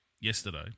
yesterday